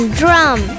drum